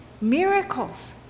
miracles